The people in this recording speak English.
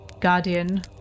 Guardian